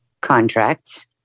contracts